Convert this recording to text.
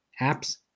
apps